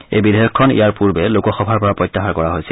এই বিধেয়কখন ইয়াৰ পূৰ্বে লোকসভাৰ পৰা প্ৰত্যাহাৰ কৰা হৈছিল